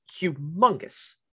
humongous